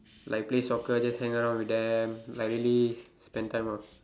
like play soccer just hang around with them like really spend time ah